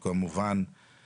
זה כאילו עוד מס.